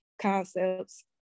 concepts